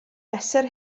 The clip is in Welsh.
mesur